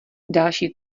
další